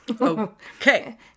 Okay